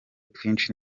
twinshi